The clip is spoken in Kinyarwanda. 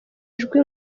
ijwi